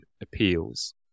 appeals